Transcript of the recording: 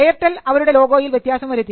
Airtel അവരുടെ ലോഗോയിൽ വ്യത്യാസം വരുത്തി